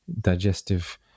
digestive